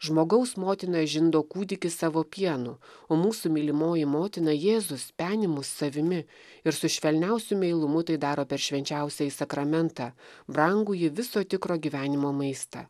žmogaus motina žindo kūdikį savo pienu o mūsų mylimoji motina jėzus peni mus savimi ir su švelniausiu meilumu tai daro per švenčiausiąjį sakramentą brangųjį viso tikro gyvenimo maistą